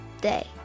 day